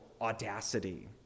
audacity